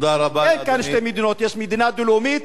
אין כאן שתי מדינות, יש מדינה דו-לאומית,